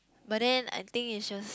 but then I think it's just